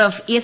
F S